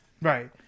right